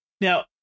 Now